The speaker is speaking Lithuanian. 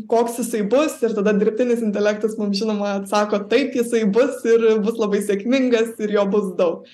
koks jisai bus ir tada dirbtinis intelektas mums žinoma atsako taip jisai bus ir bus labai sėkmingas ir jo bus daug